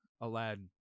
Aladdin